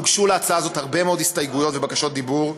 הוגשו להצעה הזאת הרבה מאוד הסתייגויות ובקשות דיבור,